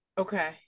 Okay